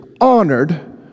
honored